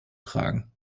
tragen